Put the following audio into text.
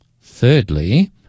Thirdly